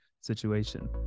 situation